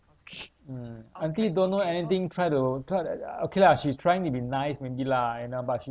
mm auntie don't know anything try to try to uh uh okay lah she's trying to be nice maybe lah you know but she